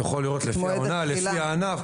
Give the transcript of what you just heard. הוא יכול לראות לפי הענף ולפי העונה,